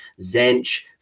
Zench